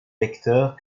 lecteur